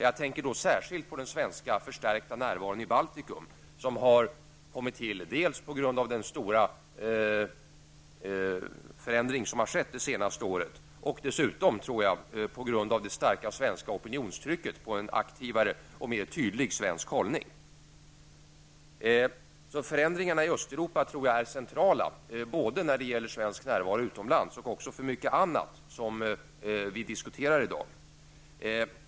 Jag tänker då särskilt på den förstärkta svenska närvaron i Baltikum som kommit till dels på grund av den stora förändring som skett det senaste året, dels på grund av det starka svenska opinionstrycket för en aktivare och mer tydlig svensk hållning. Förändringarna i Östeuropa är centrala både när det gäller svensk närvaro utomlands och likaså för mycket annat som vi diskuterar här i dag.